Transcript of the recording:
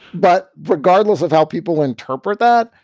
but regardless of how people interpret that,